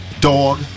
dog